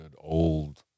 old